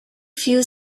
few